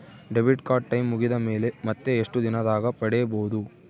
Debit card time ಮುಗಿದ ಮೇಲೆ ಮತ್ತೆ ಎಷ್ಟು ದಿನದಾಗ ಪಡೇಬೋದು?